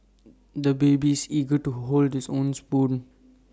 the baby is eager to hold his own spoon